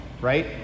right